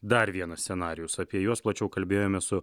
dar vienas scenarijus apie juos plačiau kalbėjomės su